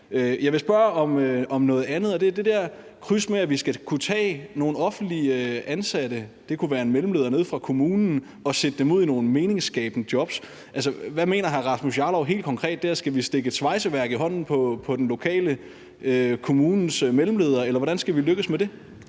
og det handler om det der kryds med, at vi skal kunne tage nogle offentligt ansatte, det kunne være en mellemleder nede fra kommunen, og sætte dem ud i nogle meningsskabende jobs. Hvad mener hr. Rasmus Jarlov helt konkret der? Skal vi stikke et svejseværk i hånden på den lokale kommunes mellemledere, eller hvordan skal vi lykkes med det?